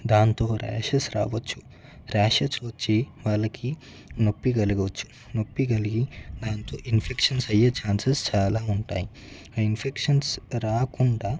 దానితో ర్యాషెస్ రావచ్చు ర్యాషెస్ వచ్చి వాళ్ళకి నొప్పి కలగవచ్చు నొప్పి కలిగి దానితో ఇన్ఫెక్షన్స్ అయ్యే చాన్స్స్ చాలా ఉంటాయి ఆ ఇన్ఫెక్షన్స్ రాకుండా